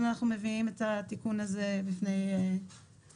אנחנו מביאים את התיקון הזה בפני הכנסת.